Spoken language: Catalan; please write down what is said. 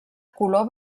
color